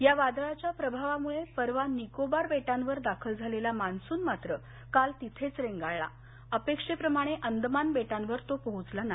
या वादळाच्या प्रभावामुळे परवा निकोबार बेटावर दाखल झालेला मान्सून मात्र काल तिथेच रेंगाळला अपेक्षेप्रमाणे अंदमान बेटांवर तो पोहोचलेला नाही